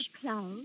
cloud